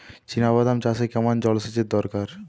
চিনাবাদাম চাষে কেমন জলসেচের দরকার?